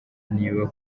niba